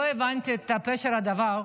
לא הבנתי את פשר הדבר: